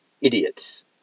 idiots